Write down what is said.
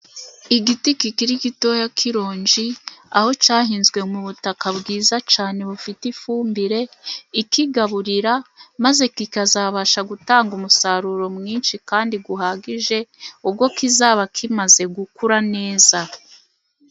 Igiti kikiri gitoya kiironji, aho cyahinzwe mu butaka bwiza cyane, bufite ifumbire ikigaburira, maze kikazabasha gutanga umusaruro mwinshi kandi uhagije, ubwo kizaba kimaze gukura neza.